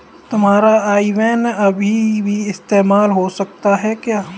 तुम्हारा IBAN अभी भी इस्तेमाल हो सकता है क्या?